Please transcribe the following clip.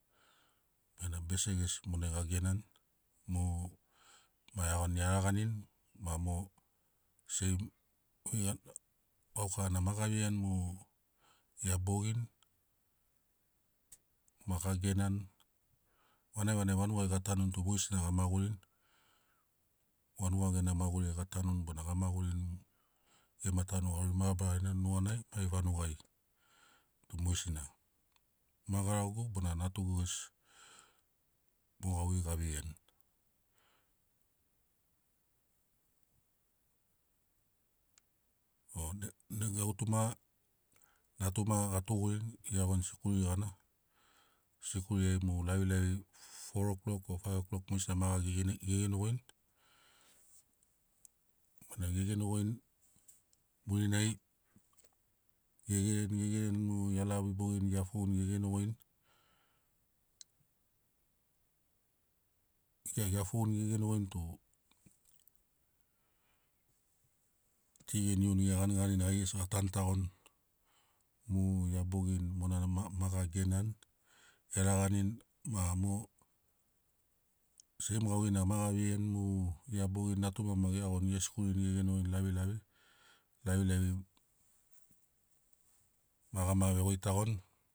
Benamo bese gesi monai ga genani mo ma iagoni e laganini seim vei- ga, gaukarana ma ga veiani mo ia bogini ma ga genani vanagivanagi vanugai ga tanuni tu mogesina ga magurini vanuga gena maguriai ga tanuni bona ga magurini gema tanu garori mabarana nuganai mai vanugai mogesina. Ma garagogu bona natugu gesi mo gauvei ga veiani o ne- nega gutuma natuma ga tugurini ge iagoni sikuri gana sikuriai mu lavilavi forouklok o faivouklok mogesina ma gege genogoini benamo ge genogoini murinai ge gereni ge gereni mu ia lavi bogini gea founi ge genogoini ge kirarini gea founi ge genogoini tu ti ge niuni ge ganiganini gai gesi ga tanutagoni mu ia bogini monana ma ma ga genani. E laganini ma mo seim gauveina ma ga veiani mu ia bogini natuma ma geagoni ge sikurini ge genogoini lavilavi lavilavi ma gama vegoitagoni